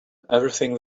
everything